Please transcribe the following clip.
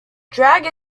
drag